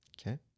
Okay